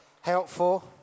helpful